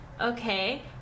Okay